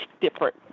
different